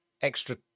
extra